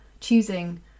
choosing